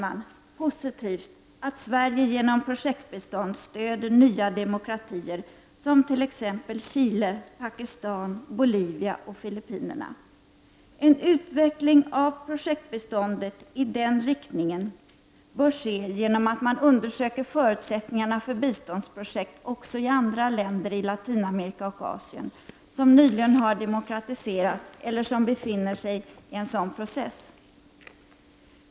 Det är positivt att Sverige genom projektbistånd stöder nya demokratier som t.ex. Chile, Pakistan, Bolivia och Filippinerna. En utveckling av projektbiståndet i den riktningen bör ske genom att man undersöker förutsättningarna för biståndsprojekt också i andra länder i Latinamerika och Asien som nyligen har demokratiserats eller som befinner sig i en sådan process.